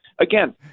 Again